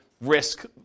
risk